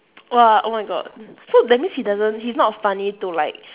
!wah! oh my god so that means he doesn't he's not funny to like